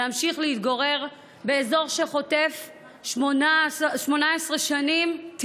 להמשיך להתגורר באזור שחוטף טילים 18 שנים.